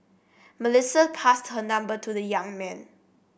Melissa passed her number to the young man